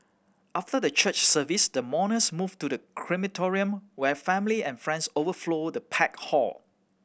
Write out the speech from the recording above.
after the church service the mourners moved to the crematorium where family and friends overflowed the packed hall